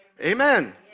Amen